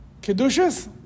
Kedushas